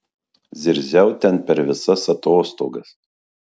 zirziau ten per visas atostogas